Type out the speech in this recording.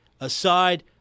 aside